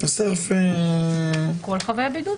כל המבודדים.